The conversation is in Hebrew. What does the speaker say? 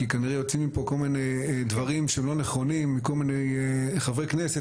כי כנראה יוצאים מפה כל מיני דברים שהם לא נכונים מכל מיני חברי כנסת,